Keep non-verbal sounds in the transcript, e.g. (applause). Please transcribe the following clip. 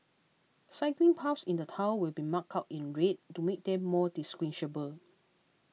cycling paths in the town will be marked out in red to make them more (unintelligible)